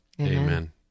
Amen